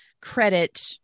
credit